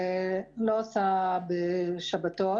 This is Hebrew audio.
לא עושה בשבתות.